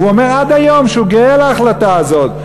והוא אומר עד היום, שהוא גאה בהחלטה הזאת.